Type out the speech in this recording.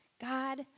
God